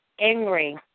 angry